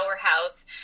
powerhouse